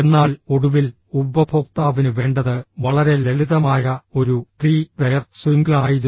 എന്നാൽ ഒടുവിൽ ഉപഭോക്താവിന് വേണ്ടത് വളരെ ലളിതമായ ഒരു ട്രീ ടയർ സ്വിംഗ് ആയിരുന്നു